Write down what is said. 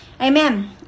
Amen